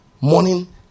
morning